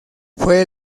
fue